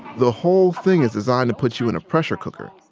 the whole thing is designed to put you in a pressure cooker.